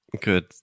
Good